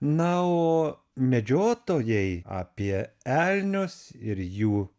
na o medžiotojai apie elnius ir jų